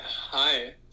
Hi